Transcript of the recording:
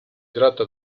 tratta